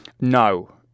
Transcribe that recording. No